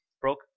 Broke